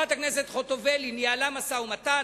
חברת הכנסת חוטובלי ניהלה משא-ומתן,